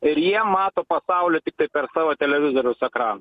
ir jie mato pasaulį tiktai per savo televizoriaus ekraną